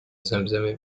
زمزمه